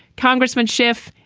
congressman schiff,